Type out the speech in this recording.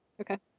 Okay